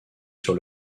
sur